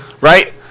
right